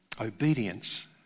Obedience